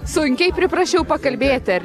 sunkiai priprašiau pakalbėti ar